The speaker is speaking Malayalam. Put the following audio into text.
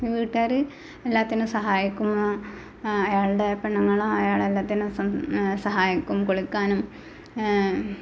വീട്ടുകാര് എല്ലാത്തിനും സഹായിക്കും അയാളുടെ പെണ്ണങ്ങള് അയാളെ എല്ലാത്തിനും സം സഹായിക്കും കുളിക്കാനും